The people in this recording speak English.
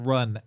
Run